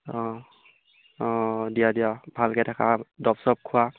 অঁ অঁ দিয়া দিয়া ভালকৈ থাকা দৰৱ চৰৱ খোৱা